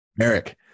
Eric